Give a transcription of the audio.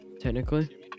Technically